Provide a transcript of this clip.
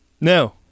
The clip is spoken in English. no